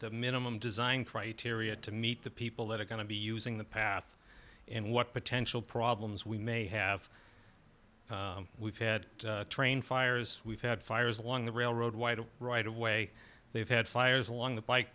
the minimum design criteria to meet the people that are going to be using the path and what potential problems we may have we've had train fires we've had fires along the railroad white a right of way they've had fires along the bike